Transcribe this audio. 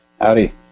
Howdy